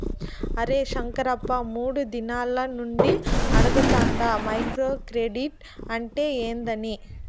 అరే శంకరప్ప, మూడు దినాల నుండి అడగతాండ మైక్రో క్రెడిట్ అంటే ఏందని